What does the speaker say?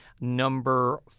number